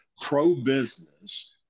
pro-business